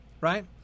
Right